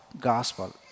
gospel